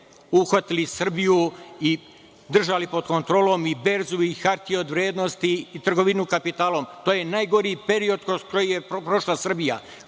uhvatili Srbiju i držati po kontrolom i berzu i hartije od vrednosti i trgovinu kapitalom. To je najgori period kroz koji je prošla Srbije.